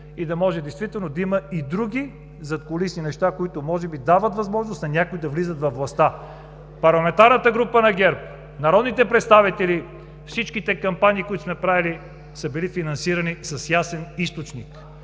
и да може действително да има и други задкулисни неща, които може би дават възможност на някои да влизат във властта. Парламентарната група на ГЕРБ, народните представители, всичките кампании, които сме направили, са били финансирани с ясен източник.